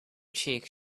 cheek